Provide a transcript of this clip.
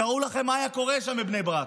תארו לכם מה היה קורה שם בבני ברק.